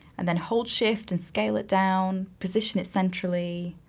and then hold shift and scale it down, position it centrally.